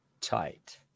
tight